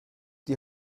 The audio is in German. die